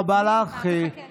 פשרה עם הגזענות?